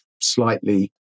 slightly